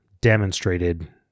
demonstrated